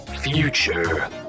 Future